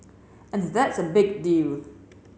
and that's a big deal